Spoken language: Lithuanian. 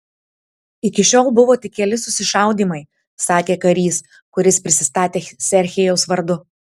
iki šiol buvo tik keli susišaudymai sakė karys kuris prisistatė serhijaus vardu